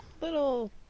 little